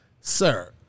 Sir